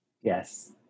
Yes